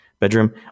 bedroom